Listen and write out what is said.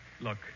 Look